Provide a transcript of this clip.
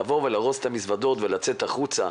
לארוז את המזוודות ולצאת החוצה,